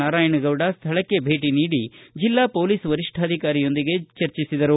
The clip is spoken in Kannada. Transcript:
ನಾರಾಯಗೌಡರ ಸ್ವಳಕ್ಕೆ ಭೇಟಿ ನೀಡಿ ಜಿಲ್ಲಾ ಪೊಲಿಸ್ ವರಿಷ್ಟಾಧಿಕಾರಿ ಜೊತೆ ಚರ್ಚಿಸಿದರು